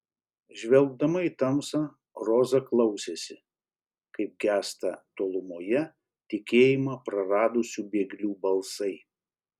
žvelgdama į tamsą roza klausėsi kaip gęsta tolumoje tikėjimą praradusių bėglių balsai